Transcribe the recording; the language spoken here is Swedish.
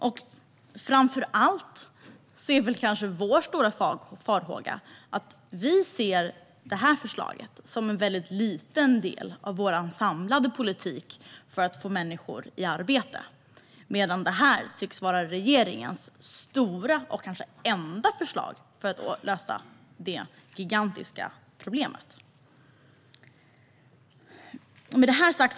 Vår stora farhåga kanske framför allt handlar om detta: Vi ser detta förslag som en väldigt liten del av vår samlade politik för att få människor i arbete, medan detta tycks vara regeringens stora och kanske enda förslag för att lösa detta gigantiska problem.